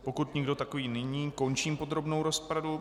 Pokud nikdo takový není, končím podrobnou rozpravu.